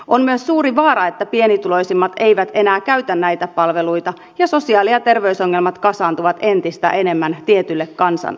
on myös suuri vaara että pienituloisimmat eivät enää käytä näitä palveluita ja sosiaali ja terveysongelmat kasaantuvat entistä enemmän tietylle kansanosalle